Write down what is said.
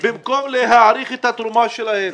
במקום להעריך את התרומה שלהם,